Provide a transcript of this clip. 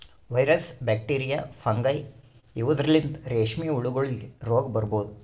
virus, bacteria, fungi ಇವದ್ರಲಿಂತ್ ರೇಶ್ಮಿ ಹುಳಗೋಲಿಗ್ ರೋಗ್ ಬರಬಹುದ್